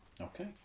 Okay